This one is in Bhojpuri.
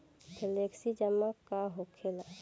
फ्लेक्सि जमा का होखेला?